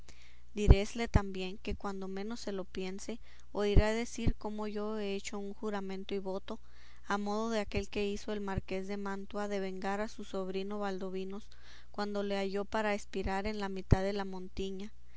caballero diréisle también que cuando menos se lo piense oirá decir como yo he hecho un juramento y voto a modo de aquel que hizo el marqués de mantua de vengar a su sobrino baldovinos cuando le halló para espirar en mitad de la montiña